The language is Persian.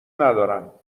ندارم